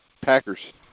Packers